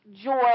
joy